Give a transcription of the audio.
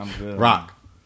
rock